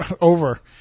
Over